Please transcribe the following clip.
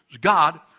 God